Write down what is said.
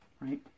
Right